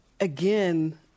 again